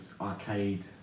arcade